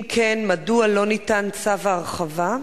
אם כן, מדוע לא ניתן צו ההרחבה?